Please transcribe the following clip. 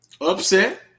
upset